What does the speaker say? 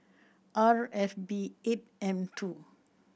R F B eight M two